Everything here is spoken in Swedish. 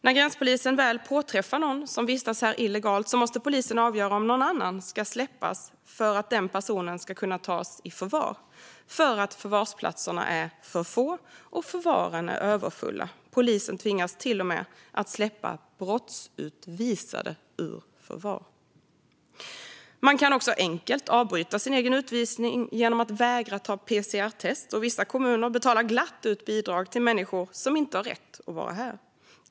När gränspolisen väl påträffar någon som vistas här illegalt måste polisen avgöra om någon annan ska släppas för att den personen ska kunna tas i förvar, eftersom förvarsplatserna är för få och förvaren är överfulla. Polisen tvingas till och med att släppa brottsutvisade ur förvar. Man kan också enkelt avbryta sin egen utvisning genom att vägra ta PCR-test. Och vissa kommuner betalar glatt ut bidrag till människor som inte har rätt att vara här.